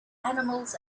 animals